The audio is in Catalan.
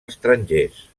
estrangers